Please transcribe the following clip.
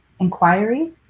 inquiry